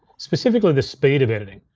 specifically, the speed of editing.